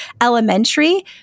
elementary